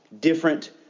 different